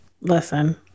listen